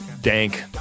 dank